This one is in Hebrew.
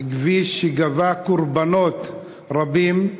כביש שגבה קורבנות רבים,